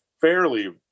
fairly